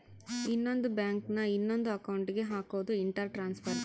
ಇನ್ನೊಂದ್ ಬ್ಯಾಂಕ್ ನ ಇನೊಂದ್ ಅಕೌಂಟ್ ಗೆ ಹಕೋದು ಇಂಟರ್ ಟ್ರಾನ್ಸ್ಫರ್